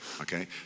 Okay